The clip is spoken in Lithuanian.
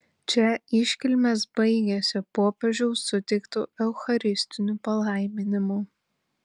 čia iškilmės baigėsi popiežiaus suteiktu eucharistiniu palaiminimu